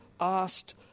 asked